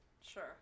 Sure